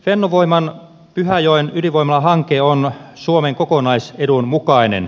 fennovoiman pyhäjoen ydinvoimalahanke on suomen kokonaisedun mukainen